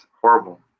horrible